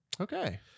Okay